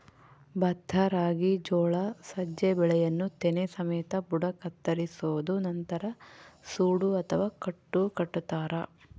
ಭತ್ತ ರಾಗಿ ಜೋಳ ಸಜ್ಜೆ ಬೆಳೆಯನ್ನು ತೆನೆ ಸಮೇತ ಬುಡ ಕತ್ತರಿಸೋದು ನಂತರ ಸೂಡು ಅಥವಾ ಕಟ್ಟು ಕಟ್ಟುತಾರ